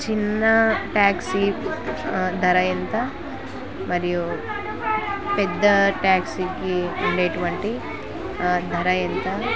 చిన్న టాక్సీ ధర ఎంత మరియు పెద్ద టాక్సీకి ఉండేటటువంటి ధర ఎంత